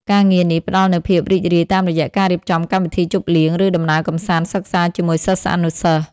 ការងារនេះផ្តល់នូវភាពរីករាយតាមរយៈការរៀបចំកម្មវិធីជប់លៀង ឬដំណើរកម្សាន្តសិក្សាជាមួយសិស្សានុសិស្ស។